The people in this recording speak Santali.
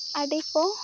ᱟᱹᱰᱤ ᱠᱚ